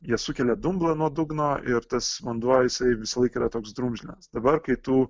jie sukelia dumblą nuo dugno ir tas vanduo jisai visąlaik yra toks drumzlinas dabar kai tų